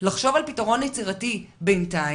לחשוב על פתרון יצירתי בינתיים?